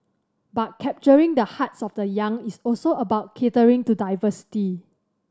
but capturing the hearts of the young is also about catering to diversity